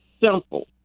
simple